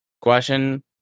Question